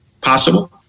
possible